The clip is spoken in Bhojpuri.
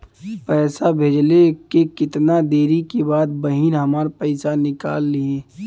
पैसा भेजले के कितना देरी के बाद बहिन हमार पैसा निकाल लिहे?